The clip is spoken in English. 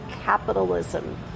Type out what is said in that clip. capitalism